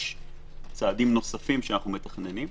יש צעדים נוספים שאנחנו מתכננים.